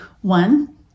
One